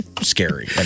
scary